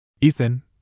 Ethan